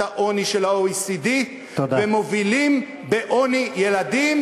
העוני של ה-OECD ומובילים בעוני ילדים,